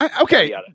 Okay